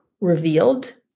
revealed